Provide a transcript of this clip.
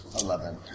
Eleven